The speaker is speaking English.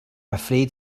afraid